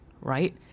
right